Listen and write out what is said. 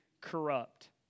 corrupt